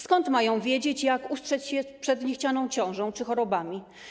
Skąd mają wiedzieć, jak ustrzec się przed niechcianą ciążą czy chorobami?